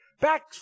Back